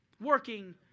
working